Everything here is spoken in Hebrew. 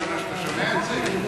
זאת פעם ראשונה שאתה שומע את זה?